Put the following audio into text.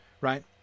Right